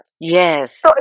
Yes